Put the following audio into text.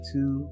Two